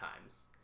times